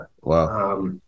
Wow